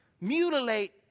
mutilate